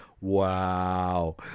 wow